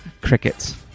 Crickets